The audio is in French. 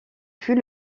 fut